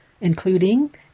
including